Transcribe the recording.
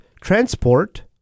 transport